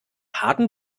harten